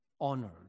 honored